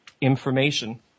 information